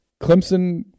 Clemson